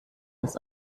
das